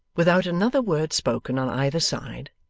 without another word spoken on either side,